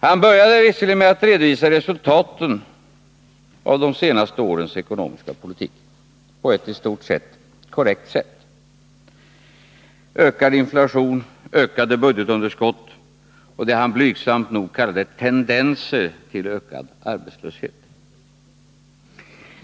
Han började visserligen med att redovisa resultaten av de senaste årens ekonomiska politik på ett i stort sett korrekt sätt: ökad inflation, ökade budgetunderskott och det han blygsamt nog kallade tendenser till ökad arbetslöshet.